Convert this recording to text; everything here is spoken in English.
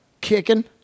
kicking